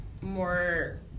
more